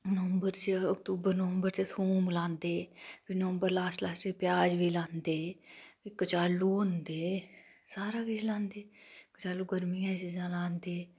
अक्तूबर नवम्बर च थौम लांदे नवम्बर लास्ट लास्ट च प्याज बी लांदे कचालू होंदे सारा किछ लांदे साड़ै गर्मियै च किछ लांदे